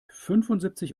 fünfundsiebzig